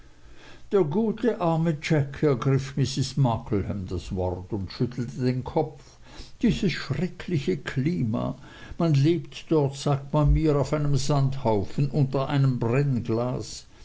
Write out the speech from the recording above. der arme gute jack ergriff mrs markleham das wort und schüttelte den kopf dieses schreckliche klima man lebt dort sagt man mir auf einem sandhaufen unter einem brennglas